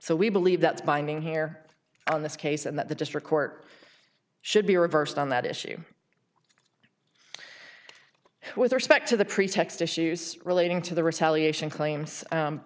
so we believe that's binding here on this case and that the district court should be reversed on that issue with respect to the pretext issues relating to the retaliating claims